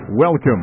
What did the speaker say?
Welcome